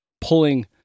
pulling